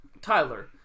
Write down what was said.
Tyler